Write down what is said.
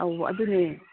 ꯑꯧ ꯑꯗꯨꯅꯦ